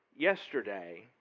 Yesterday